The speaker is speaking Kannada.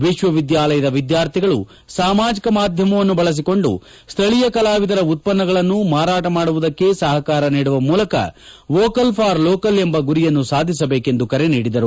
ವಿಶ್ವವಿದ್ಯಾಲಯದ ವಿದ್ಯಾರ್ಥಿಗಳು ಸಾಮಾಜಿಕ ಮಾಧ್ಯಮವನ್ನು ಬಳಸಿಕೊಂಡು ಶ್ರೀಯ ಕಲಾವಿದರ ಉತ್ತನ್ನಗಳನ್ನು ಮಾರಾಟ ಮಾಡುವುದಕ್ಕೆ ಸಪಕಾರ ನೀಡುವ ಮೂಲಕ ವೋಕಲ್ ಫಾರ್ ಲೋಕಲ್ ಎಂಬ ಗುರಿಯನ್ನು ಸಾಧಿಸಬೇಕೆಂದು ಕರೆ ನೀಡಿದರು